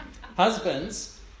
Husbands